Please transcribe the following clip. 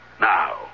Now